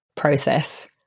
process